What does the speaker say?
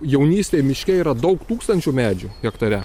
jaunystėj miške yra daug tūkstančių medžių hektare